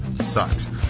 sucks